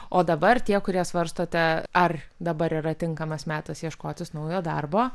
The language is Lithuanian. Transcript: o dabar tie kurie svarstote ar dabar yra tinkamas metas ieškotis naujo darbo